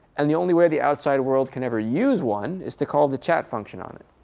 and the only way the outside world can ever use one is to call the chat function on it.